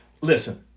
listen